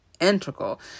integral